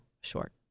short